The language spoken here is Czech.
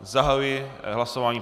Zahajuji hlasování.